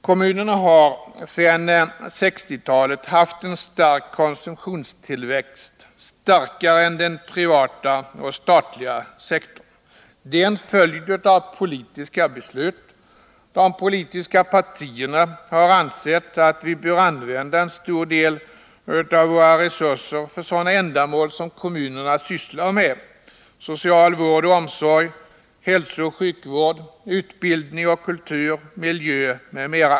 Kommunerna har sedan 1960-talet haft en stark konsumtionstillväxt, starkare än den privata och statliga sektorn. Det är en följd av politiska beslut. De politiska partierna har ansett att vi bör använda en stor del av våra resurser för sådana ändamål som kommunerna sysslar med — social vård och omsorg, hälsooch sjukvård, utbildning, kultur, miljö m.m.